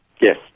yes